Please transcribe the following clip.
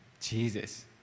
Jesus